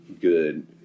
good